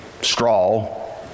straw